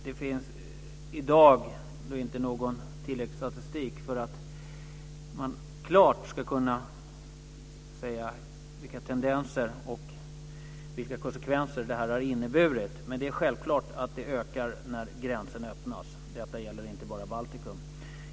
Det finns i dag inte någon tilläggsstatistik som gör att man klart kan säga vilka tendenser och konsekvenser detta har inneburit, men det är självklart att brottsligheten ökar när gränser öppnas. Detta gäller inte bara Baltikum.